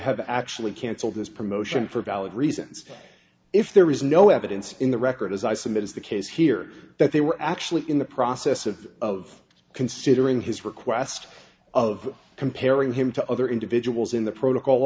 have actually cancelled this promotion for valid reasons if there is no evidence in the record as i submit is the case here that they were actually in the process of of considering his request of comparing him to other individuals in the protocol